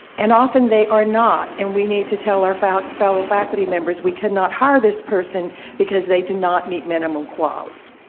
and often they are not and we need to tell our fellow fellow faculty members that we cannot hire this person because they do not meet minimum calls.